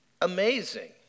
amazing